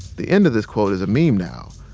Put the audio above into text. the end of this quote is a meme now,